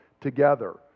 Together